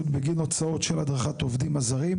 בגין הוצאות של הדרכת העובדים הזרים.